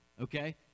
okay